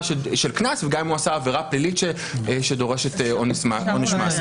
של קנס וגם אם הוא עשה עבירה פלילית שדורשת עונש מאסר.